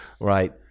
Right